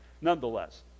nonetheless